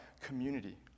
community